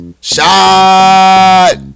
Shot